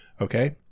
Okay